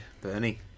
Bernie